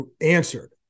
answered